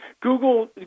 Google